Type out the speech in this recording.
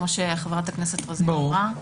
כמו שחברת הכנסת רוזין אמרה.